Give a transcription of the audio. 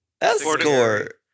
Escort